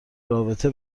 رابطه